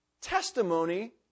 testimony